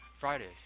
Fridays